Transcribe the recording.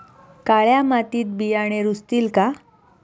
काळ्या मातीत बियाणे रुजतील का?